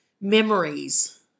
memories